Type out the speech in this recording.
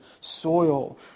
soil